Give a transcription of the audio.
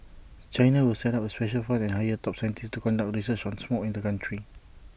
China will set up A special fund and hire top scientists to conduct research on smog in the country